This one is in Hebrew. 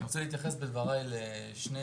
אני רוצה להתייחס בדברי לשתי